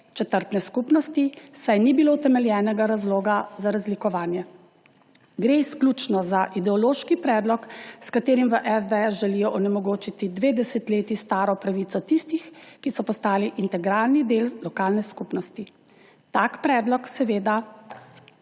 četrtne skupnosti, saj ni bilo utemeljenega razloga za razlikovanje. Gre izključno za ideološki predlog, s katerim v SDS želijo onemogočiti dve desetletji staro pravico tistih, ki so postali integralni del lokalne skupnosti. Tak predlog seveda